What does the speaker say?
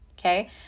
okay